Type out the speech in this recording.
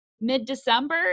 mid-December